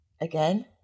again